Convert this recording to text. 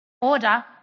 Order